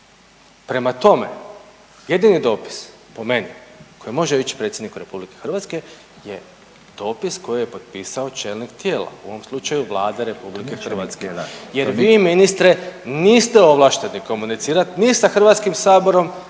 Prema tome, jedini dopis po meni koji može ići predsjedniku RH je dopis koji je potpisao čelnik tijela u ovom slučaju Vlade RH jer vi ministre niste ovlašteni komunicirat ni sa HS-om,